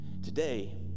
Today